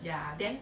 ya then